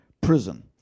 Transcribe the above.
prison